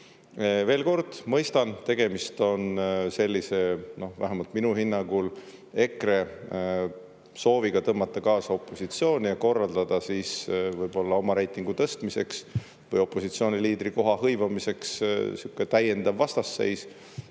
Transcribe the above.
Veel kord, mõistan, tegemist on sellise, vähemalt minu hinnangul, EKRE sooviga tõmmata kaasa opositsiooni ja korraldada siis võib-olla oma reitingu tõstmiseks või opositsiooniliidrikoha hõivamiseks sihuke täiendav vastasseis.